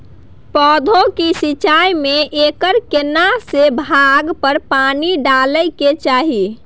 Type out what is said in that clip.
पौधों की सिंचाई में एकर केना से भाग पर पानी डालय के चाही?